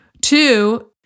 Two